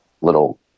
little